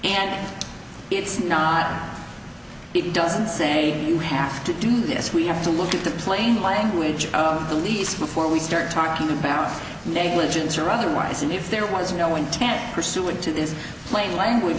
and it's not it doesn't say you have to do this we have to look at the plain language of the lease before we start talking about negligence or otherwise and if there was no intent pursuant to this plain language